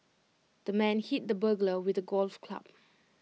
the man hit the burglar with the golf club